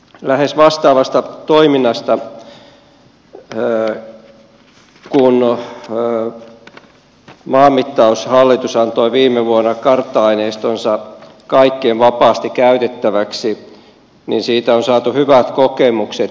lähes vastaavasta toiminnasta kun maanmittauslaitos antoi viime vuonna kartta aineistonsa kaikkien vapaasti käytettäväksi on saatu hyvät kokemukset